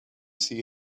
see